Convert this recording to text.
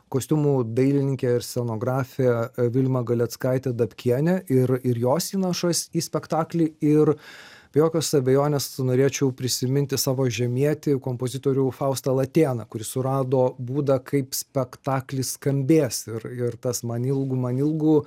kostiumų dailininkė ir scenografė vilma galeckaitė dabkienė ir ir jos įnašas į spektaklį ir be jokios abejonės norėčiau prisiminti savo žemietį kompozitorių faustą latėną kuris surado būdą kaip spektaklis skambės ir ir tas man ilgu man ilgu